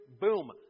boom